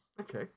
Okay